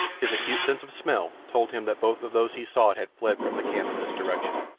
his acute sense of smell told him that both of those he sought had fled from the camp in this direction,